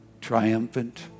Triumphant